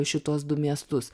šituos du miestus